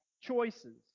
choices